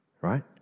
right